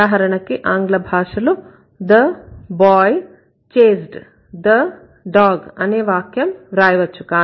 ఉదాహరణకి ఆంగ్ల భాషలోthe boy chased the dog అనే వాక్యం వ్రాయవచ్చు